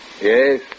Yes